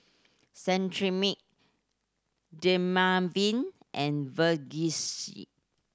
Cetrimide Dermaveen and Vagisil